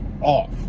off